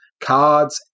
cards